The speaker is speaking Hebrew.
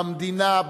במדינה,